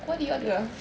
what you order ah